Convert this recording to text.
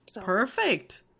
Perfect